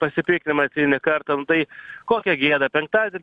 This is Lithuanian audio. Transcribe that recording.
pasipiktinimas eilinį kartą nu tai kokia gėda penktadalį